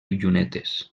llunetes